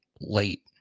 late